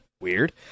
Weird